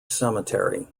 cemetery